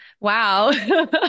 wow